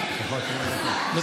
יש לך עוד שמונה דקות.